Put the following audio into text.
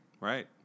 Right